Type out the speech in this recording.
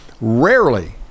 rarely